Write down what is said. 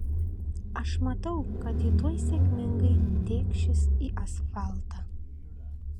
aš matau kad ji tuoj sėkmingai tėkšis į asfaltą